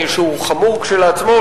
שהוא חמור כשלעצמו,